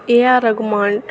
A R Rahman